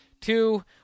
Two